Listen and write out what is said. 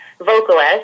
vocalist